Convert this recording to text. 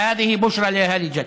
(אומר דברים בערבית: זו בשורה משמחת לתושבי ג'ת.)